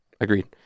Agreed